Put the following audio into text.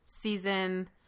season